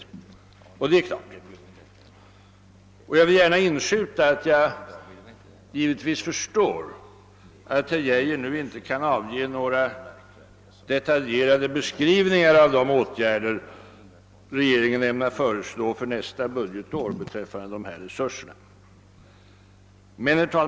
Detta är naturligtvis riktigt. Jag vill också gärna inskjuta att jag givetvis förstår att herr Geijer inte nu kan lämna någon detaljerad beskrivning av de åtgärder regeringen ämnar föreslå för nästa budgetår i vad avser resurserna på detta område.